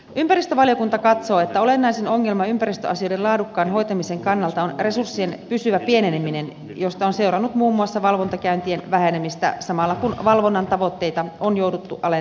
ympäristövaliokunta katsoo että olennaisin ongelma ympäristöasioiden laadukkaan hoitamisen kannalta on resurssien pysyvä pieneneminen josta on seurannut muun muassa valvontakäyntien vähenemistä samalla kun valvonnan tavoitteita on jouduttu alentamaan